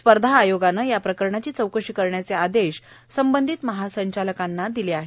स्पर्धा आयोगानं या प्रकरणाची चौकशी करण्याचे आदेश महासंचालकांना दिले आहेत